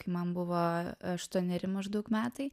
kai man buvo aštuoneri maždaug metai